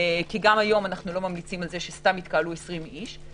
כי גם היום אנחנו לא ממליצים על זה שסתם יתקהלו 20 איש,